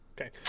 Okay